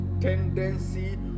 tendency